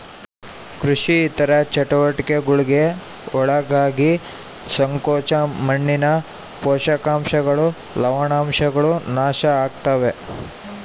ಕೃಷಿ ಇತರ ಚಟುವಟಿಕೆಗುಳ್ಗೆ ಒಳಗಾಗಿ ಸಂಕೋಚ ಮಣ್ಣಿನ ಪೋಷಕಾಂಶಗಳು ಲವಣಾಂಶಗಳು ನಾಶ ಆಗುತ್ತವೆ